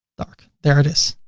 dark there it is.